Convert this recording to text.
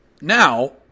now